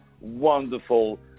wonderful